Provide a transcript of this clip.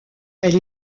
elle